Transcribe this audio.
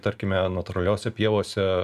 tarkime natūraliose pievose